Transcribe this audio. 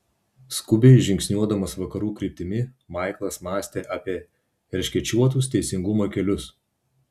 skubiai žingsniuodamas vakarų kryptimi maiklas mąstė apie erškėčiuotus teisingumo kelius